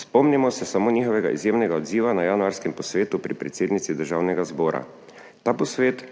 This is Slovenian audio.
Spomnimo se samo njihovega izjemnega odziva na januarskem posvetu pri predsednici Državnega zbora. Ta posvet,